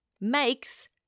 makes